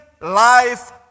life